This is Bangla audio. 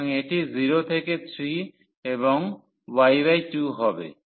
সুতরাং এটি 0 থেকে 3 এবং y2 হবে